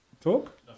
Talk